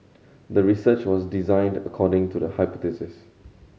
the research was designed according to the hypothesis